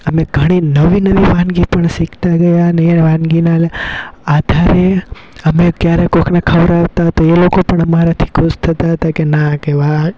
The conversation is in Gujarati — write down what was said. અમે ઘણી નવી નવી વાનગી પણ શીખતા ગયા અને એ વાનગીના આધારે અમે ક્યારે કોઈકને ખવડાવતા તો એ લોકો પણ અમારાથી ખુશ થતા હતા કે ના કે વાહ